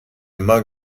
immer